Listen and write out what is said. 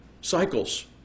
cycles